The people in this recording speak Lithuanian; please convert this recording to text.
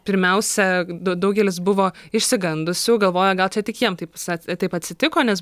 pirmiausia da daugelis buvo išsigandusių galvoja gal čia tik jiem taip atsitiko nes